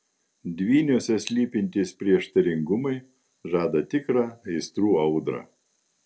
dvyniuose slypintys prieštaringumai žada tikrą aistrų audrą